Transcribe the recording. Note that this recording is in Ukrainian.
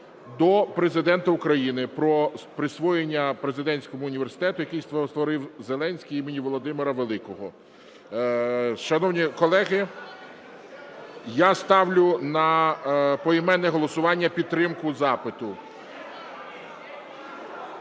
до Президента України щодо присвоєння президентському університету, який створив Зеленський, імені Володимира Великого. Шановні колеги, я ставлю на поіменне голосування підтримку запиту.